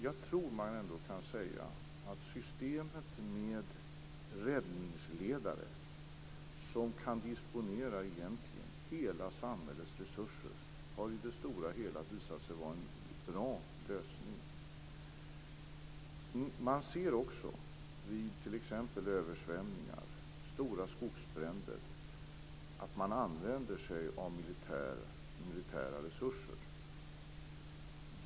Jag tror att man ändå kan säga att systemet med räddningsledare som kan disponera egentligen hela samhällets resurser i det stora hela har visat sig vara en bra lösning. Vi ser också att man vid t.ex. översvämningar och stora skogsbränder använder sig av militära resurser.